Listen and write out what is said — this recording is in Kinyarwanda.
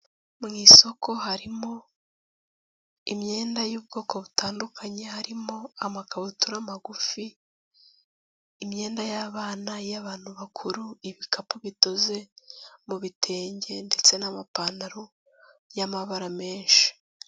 Mu isoko harimo imyenda y'ubwoko butandukanye, harimo amakabutura magufi, imyenda y'abana, iy'abantu bakuru, ibikapu bidoze mu bitenge ndetse n'amapantaro y'amabara menshi.